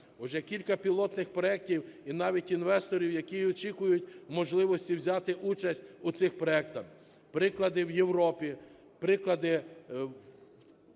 Уже кілька пілотних проектів і навіть інвесторів, які очікують можливості взяти участь у цих проектах. Приклади в Європі, приклади в Туреччині,